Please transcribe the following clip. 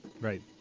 Right